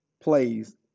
plays